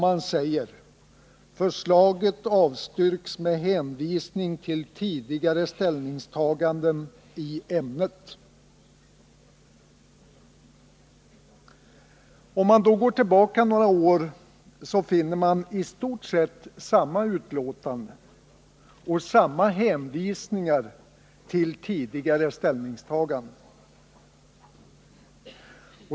Man säger: ”Förslaget avstyrks med hänvisning till tidigare ställningstaganden i ämnet.” Om vi då går tillbaka några år, så finner vi i stort sett samma utlåtanden och samma hänvisningar till tidigare ställningstaganden.